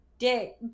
Dick